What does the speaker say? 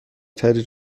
تری